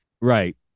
right